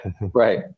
Right